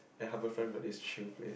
then Harbourfront got this chill place